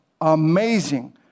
Amazing